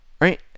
right